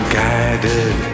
guided